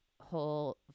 whole